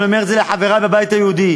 ואני אומר את זה לחברי מהבית היהודי,